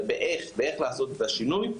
באיך לעשות את השינוי;